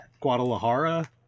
Guadalajara